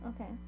Okay